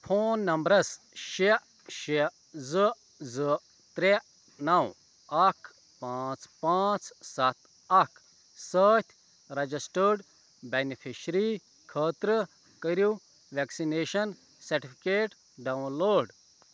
phone نمبرس شےٚ شےٚ زٕ زٕ ترٛےٚ نَو اکھ پانٛژھ پانٛژھ سَتھ اکھ سۭتۍ رَجِسٹٲڈ بٮ۪نِفِشری خٲطرٕ کٔرِو وٮ۪کسِنیشَن سرٹِفکیٹ ڈاوُن لوڈ